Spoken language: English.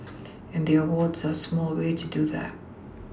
and the awards are a small way to do that